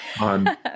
on